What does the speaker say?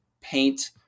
paint